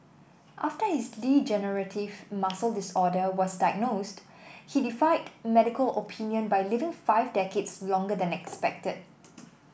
after his degenerative muscle disorder was diagnosed he defied medical opinion by living five decades longer than expected